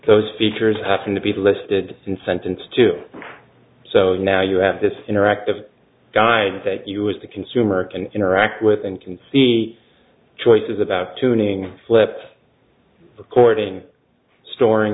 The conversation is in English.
those features happen to be listed in sentence to so now you have this interactive guide that you as the consumer can interact with and can see choices about tuning flip according storing